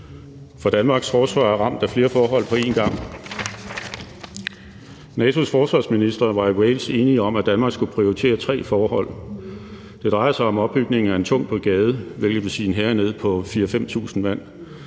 For Danmarks forsvar er ramt af flere forhold på en gang. NATO's forsvarsministre var i Wales enige om, at Danmark skulle prioritere tre forhold: Det drejer sig om opbygningen af en tung brigade, hvilket vil sige en hær på 4.000-5.000 mand,